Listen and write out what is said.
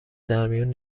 درمیون